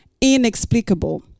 inexplicable